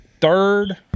Third